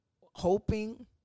Hoping